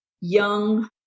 young